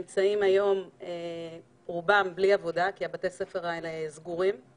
היום בלי עבודה כי בתי הספר האלה סגורים,